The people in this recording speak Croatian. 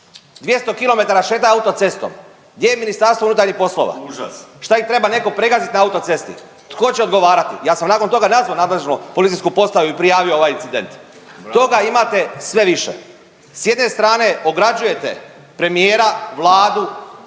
200 km šetaju autocestom. Gdje je MUP? Šta ih treba netko pregaziti na autocesti? Tko će odgovarati? Ja sam nakon toga nazvao nadležno policijsku postaju i prijavio ovaj incident. Toga imate sve više. S jedne strane, ograđujete premijera, Vladu,